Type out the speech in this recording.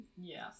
Yes